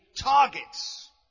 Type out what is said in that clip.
targets